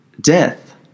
Death